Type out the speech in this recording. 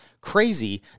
crazy